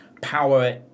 power